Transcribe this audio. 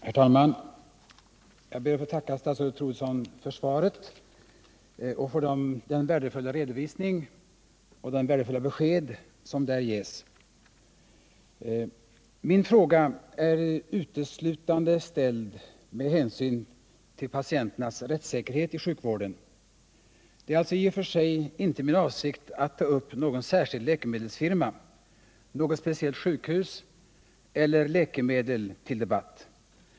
Herr talman! Jag ber att få tacka statsrådet Troedsson för svaret och för den redovisning och de värdefulla besked som där ges. Min fråga är ställd uteslutande med hänsyn till patienternas rättssäkerhet i sjukvården. Det är alltså i och för sig inte min avsikt att ta upp någon särskild läkemedelsfirma eller något speciellt sjukhus eller läkemedel till debatt.